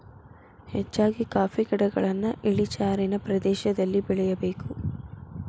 ಹೆಚ್ಚಾಗಿ ಕಾಫಿ ಗಿಡಗಳನ್ನಾ ಇಳಿಜಾರಿನ ಪ್ರದೇಶದಲ್ಲಿ ಬೆಳೆಯಬೇಕು